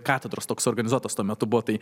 katedros toks su organizuotas tuo metu buvo tai